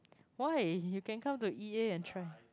why you can come to E_A and try